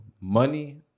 money